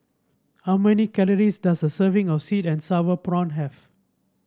how many calories does a serving of sweet and sour prawn have